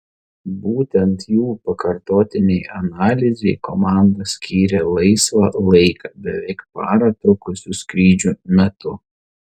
būtent jų pakartotinei analizei komanda skyrė laisvą laiką beveik parą trukusių skrydžių metu